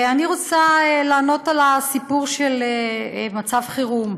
אני רוצה לענות על הסיפור של מצב חירום.